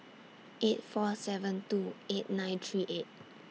eight four seven two eight nine three eight